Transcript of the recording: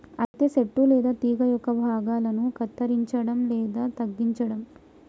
అయితే సెట్టు లేదా తీగ యొక్క భాగాలను కత్తిరంచడం లేదా తగ్గించడం